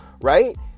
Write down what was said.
right